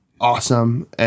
awesome